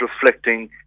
reflecting